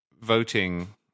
voting